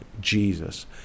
Jesus